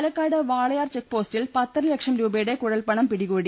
Palakkad Walayar check പോസ്റ്റിൽ പത്തര ലക്ഷം രൂപയുടെ കുഴൽപ്പണം പിടികൂടി